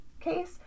case